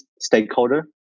stakeholder